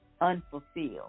unfulfilled